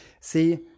See